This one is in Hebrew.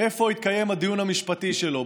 איפה יתקיים הדיון המשפטי שלו,